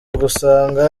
gusanga